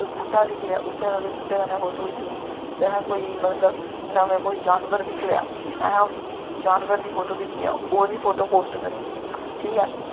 कोई बूह्टा दिक्खी लेआ उत्थें उस बूह्टे कन्नै फोटो खिच्ची ओड़नी ते असें कोई मतलव नमें कोई जानवर दिक्खी लेआ असें उस जानवर दी फोटो खिच्चनी ओह्दी फोटो पोस्ट करी ओड़नी ठीक ऐ